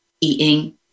eating